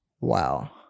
Wow